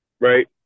right